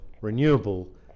renewable